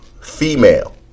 female